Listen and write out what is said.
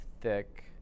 thick